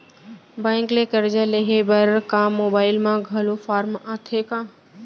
Bank ले करजा लेहे बर का मोबाइल म घलो फार्म आथे का?